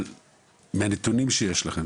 אבל מהנתונים שיש לכם,